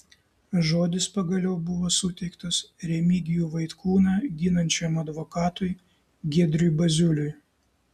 žodis pagaliau buvo suteiktas remigijų vaitkūną ginančiam advokatui giedriui baziuliui